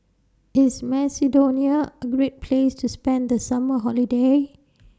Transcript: IS Macedonia A Great Place to spend The Summer Holiday